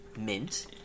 mint